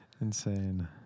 Insane